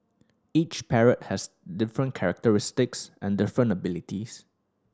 each parrot has different characteristics and different abilities